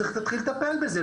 צריך להתחיל לטפל בזה.